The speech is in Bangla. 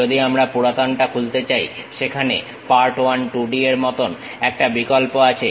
যদি আমরা পুরনোটা খুলতে চাই সেখানে পার্ট 1 2D এর মতন একটা বিকল্প আছে